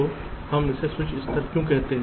तो हम इसे स्विच स्तर के रूप में क्यों कहते हैं